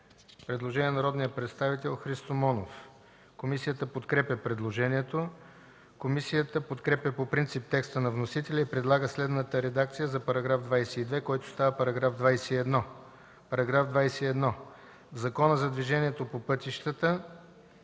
предложение на народния представител Христо Монов. Комисията подкрепя предложението. Комисията подкрепя по принцип текста на вносителя и предлага следната редакция за § 22, който става § 21: „§ 21. В Закона за движението по пътищата